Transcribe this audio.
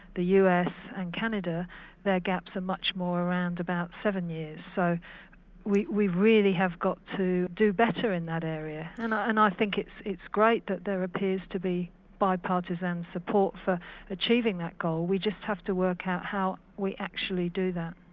the us and canada their gaps are much more around about seven years so we we really have got to do better in that area and and i think it's it's great that there appears to be bipartisan support for achieving that goal, we just have to work out how we actually do that.